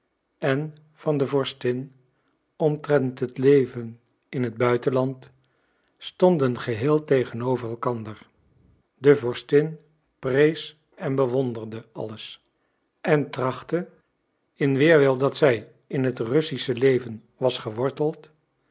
en van de vorstin omtrent het leven in het buitenland stonden geheel tegenover elkander de vorstin prees en bewonderde alles en trachtte in weerwil dat zij in het russische leven was geworteld